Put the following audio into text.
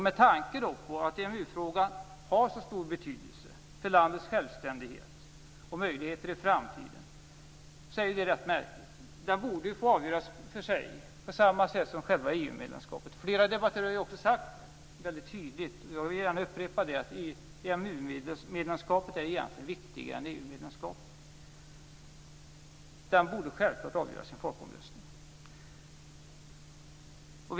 Med tanke på att EMU-frågan har så stor betydelse för landets självständighet och möjligheter i framtiden är det rätt märkligt. Frågan borde ju få avgöras i Sverige på samma sätt som själva EU medlemskapet. Flera debattörer har också sagt väldigt tydligt - jag vill gärna upprepa det - att frågan om EMU-medlemskapet egentligen är viktigare än frågan om EU-medlemskapet och självfallet borde avgöras i en folkomröstning.